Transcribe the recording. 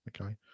okay